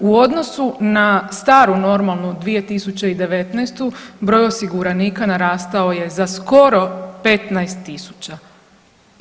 U odnosu na staru normalnu 2019. broj osiguranika narastao je za skoro 15.000.